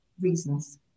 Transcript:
reasons